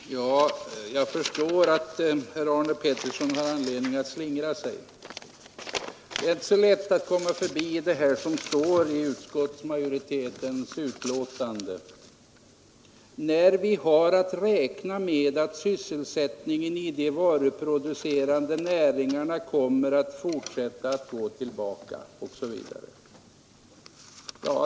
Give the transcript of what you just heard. Herr talman! Jag förstår att herr Arne Pettersson har anledning att slingra sig. Det är inte så lätt att komma förbi att det i utskottsmajoritetens skrivning står: ”När vi har att räkna med att sysselsättningen i de varuproducerande näringarna kommer att fortsätta att gå tillbaka ———”.